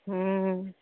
हूँ